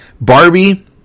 Barbie